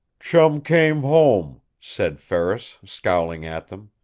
chum came home, said ferris, scowling at them.